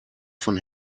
von